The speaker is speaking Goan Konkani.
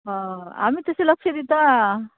हय आमी तशें लक्ष दिता